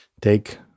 take